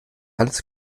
alles